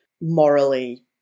morally